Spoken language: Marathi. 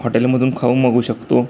हॉटेलमधून खाऊ मागवू शकतो